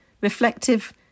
reflective